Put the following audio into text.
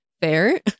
Fair